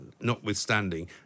notwithstanding